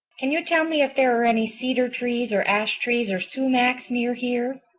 can you tell me if there are any cedar-trees or ash-trees or sumacs near here?